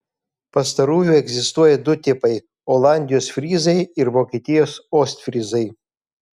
pastarųjų egzistuoja du tipai olandijos fryzai ir vokietijos ostfryzai